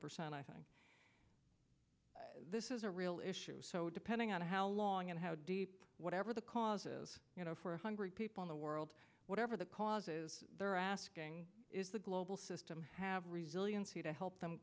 percent i think this is a real issue so depending on how long and how deep whatever the cause is you know for hungry people in the world whatever the cause is they're asking is the global system have resiliency to help them